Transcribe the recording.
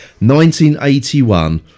1981